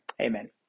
Amen